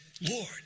Lord